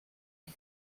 ich